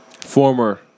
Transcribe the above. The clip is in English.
Former